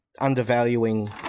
undervaluing